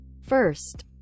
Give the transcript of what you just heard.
First